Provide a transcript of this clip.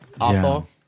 awful